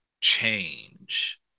change